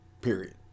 period